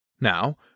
Now